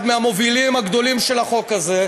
אחד מהמובילים הגדולים של החוק הזה,